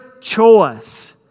choice